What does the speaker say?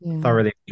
Thoroughly